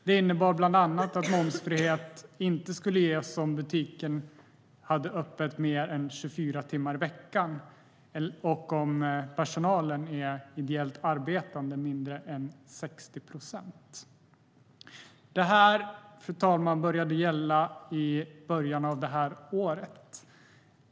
Det innebar bland annat att momsfrihet inte medges om butiken har öppet mer än 24 timmar i veckan och om personalen är ideellt arbetande mindre än 60 procent. Fru talman! Detta började gälla i början av det här året.